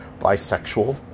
bisexual